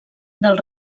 del